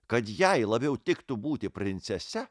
kad jai labiau tiktų būti princese